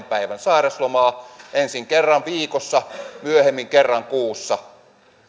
päivän sairauslomaa ensin kerran viikossa myöhemmin kerran kuussa